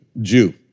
Jew